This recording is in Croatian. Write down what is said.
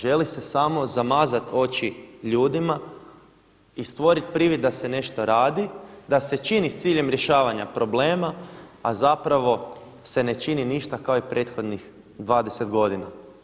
Želi se samo zamazati oči ljudima i stvoriti privid da se nešto radi, da se čini s ciljem rješavanja problema, a zapravo se ne čini ništa kao ni prethodnih 20 godina.